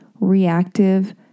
reactive